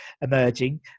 emerging